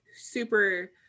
super